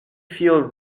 feel